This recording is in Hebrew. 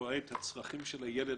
רואה את הצרכים של הילד